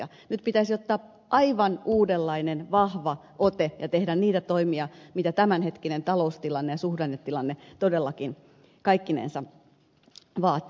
nyt pitäisi ottaa aivan uudenlainen vahva ote ja tehdä niitä toimia mitä tämänhetkinen taloustilanne ja suhdannetilanne todellakin kaikkinensa vaatii